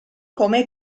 come